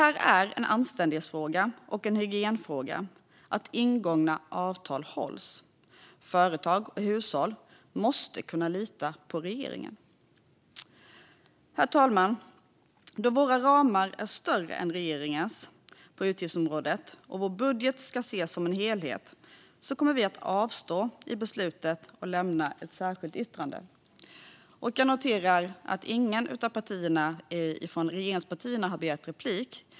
Det är en anständighetsfråga och en hygienfråga att ingångna avtal hålls. Företag och hushåll måste kunna lita på regeringen. Herr talman! Eftersom våra ramar är större än regeringens på utgiftsområdet och vår budget ska ses som en helhet kommer vi att avstå från att delta i beslutet och i stället lämna ett särskilt yttrande. Jag noterar att inget av regeringspartierna har begärt replik.